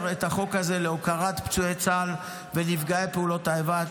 את החוק הזה להוקרת פצועי צה"ל ונפגעי פעולות האיבה.